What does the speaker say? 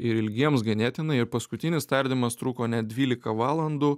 ir ilgiems ganėtinai ir paskutinis tardymas truko net dvylika valandų